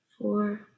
four